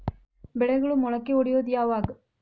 ಬೆಳೆಗಳು ಮೊಳಕೆ ಒಡಿಯೋದ್ ಯಾವಾಗ್?